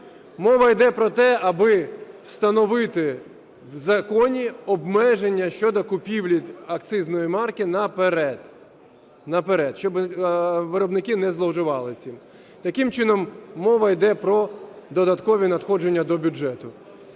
Мова йде про те, аби встановити в законі обмеження щодо купівлі акцизної марки наперед, щоб виробники не зловживали цим. Таким чином мова йде про додаткові надходження до бюджету.